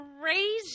Crazy